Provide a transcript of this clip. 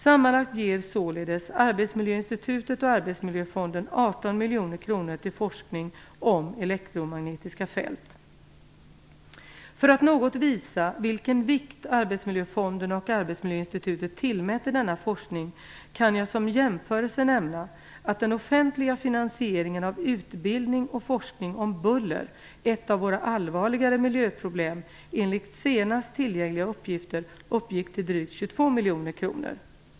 Sammanlagt ger således Arbetsmiljöinstitutet och Arbetsmiljöfonden 18 För att något visa vilken vikt Arbetsmiljöfonden och Arbetsmiljöinstitutet tillmäter denna forskning kan jag som jämförelse nämna att den offentliga finansieringen av utbildning och forskning om buller - ett av våra allvarligare miljöproblem - enligt senaste tillgängliga uppgifter uppgick till drygt 22 miljoner kronor .